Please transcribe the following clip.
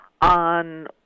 on